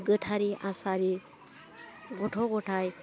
गोथारि आसारि गथ' गथाय